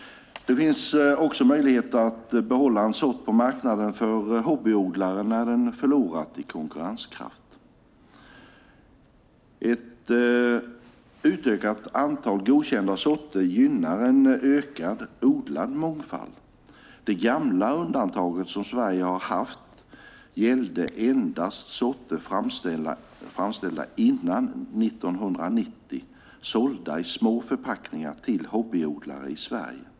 Det finns också möjlighet att behålla en sort på marknaden för hobbyodlare när den har förlorat i konkurrenskraft. Ett utökat antal godkända sorter gynnar en ökad odlad mångfald. Det gamla undantaget som Sverige har haft gällde endast sorter framställda före 1990 sålda i små förpackningar till hobbyodlare i Sverige.